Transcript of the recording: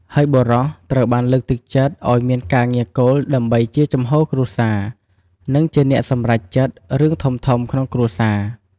ហើយបុរសត្រូវបានលើកទឹកចិត្តឱ្យមានការងារគោលដើម្បីជាចំហគ្រួសារ និងជាអ្នកសម្រេចចិត្តរឿងធំៗក្នុងគ្រួសារ។